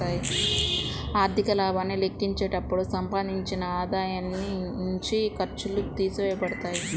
ఆర్థిక లాభాన్ని లెక్కించేటప్పుడు సంపాదించిన ఆదాయం నుండి ఖర్చులు తీసివేయబడతాయి